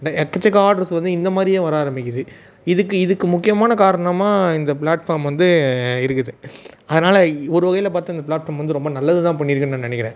எக்கச்சக்க ஆர்டர்ஸ் வந்து இந்தமாதிரியே வர ஆரம்பிக்குது இதுக்கு இதுக்கு முக்கியமான காரணமாக இந்த ப்ளாட்ஃபார்ம் வந்து இருக்குது அதனால் ஒரு வகையில் பார்த்தோம் இந்த ப்ளாட்ஃபார்ம் வந்து ரொம்ப நல்லது தான் பண்ணிருக்குன்னு நான் நினக்கிறேன்